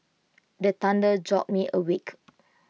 the thunder jolt me awake